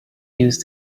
use